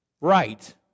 Right